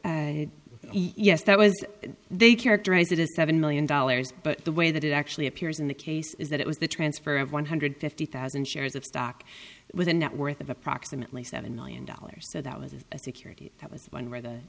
block yes that was they characterize it as seven million dollars but the way that it actually appears in the case is that it was the transfer of one hundred fifty thousand shares of stock with a net worth of approximately seven million dollars so that was a security that was one where the